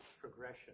progression